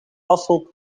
hasselt